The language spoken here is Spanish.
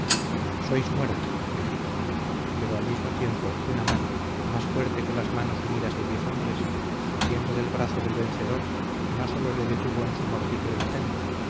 sois muerto le gritó pero al mismo tiempo una mano más fuerte que las manos unidas de diez hombres asiendo del brazo del vencedor no sólo le detuvo en su mortífero intento